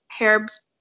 herbs